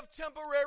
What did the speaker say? temporary